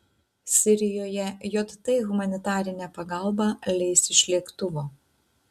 sirijoje jt humanitarinę pagalbą leis iš lėktuvo